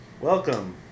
Welcome